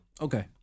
okay